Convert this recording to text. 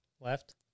left